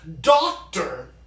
doctor